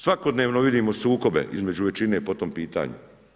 Svakodnevno vidimo sukobe između većine po tom pitanju.